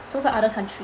是不是 other country